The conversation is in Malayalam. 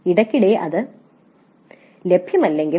ഇടയ്ക്കിടെ അത് ലഭ്യമല്ലെങ്കിൽ